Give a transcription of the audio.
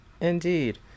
Indeed